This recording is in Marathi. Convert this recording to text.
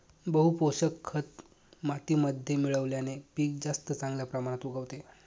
बहू पोषक खत मातीमध्ये मिळवल्याने पीक जास्त चांगल्या प्रमाणात उगवते